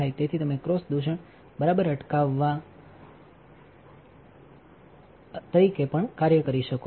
તેથીતમે cross દૂષણ બરાબર અટકાવવા aાલ તરીકે પણ કાર્ય કરી શકો છો